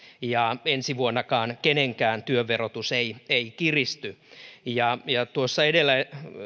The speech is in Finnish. ja ensi vuonnakaan kenenkään työn verotus ei ei kiristy tuossa edellä